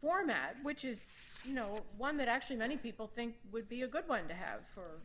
format which is you know one that actually many people think would be a good one to have for